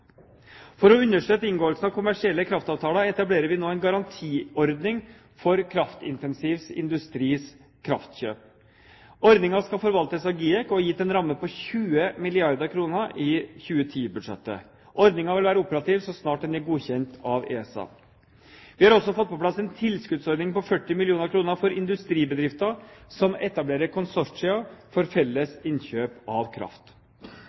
For å understøtte inngåelsen av kommersielle kraftavtaler etablerer vi nå en garantiordning for kraftintensiv industris kraftkjøp. Ordningen skal forvaltes av GIEK, og er gitt en ramme på 20 milliarder kr i 2010-budsjettet. Ordningen vil være operativ så snart den er godkjent av ESA. Vi har også fått på plass en tilskuddsordning på 40 mill. kr for industribedrifter som etablerer konsortier for felles innkjøp av kraft.